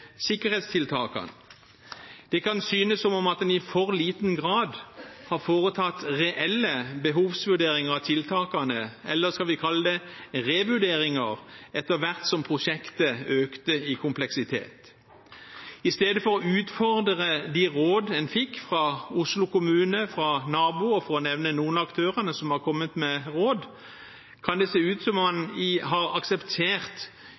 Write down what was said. sikkerhetstiltak. Det kan synes som om en i for liten grad har foretatt reelle behovsvurderinger av tiltakene, eller skal vi kalle det revurderinger, etter hvert som prosjektet økte i kompleksitet. I stedet for å utfordre de råd en fikk fra Oslo kommune og fra naboer, for å nevne noen av aktørene som har kommet med råd, kan det se ut som om man har akseptert